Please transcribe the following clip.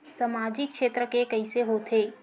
सामजिक क्षेत्र के कइसे होथे?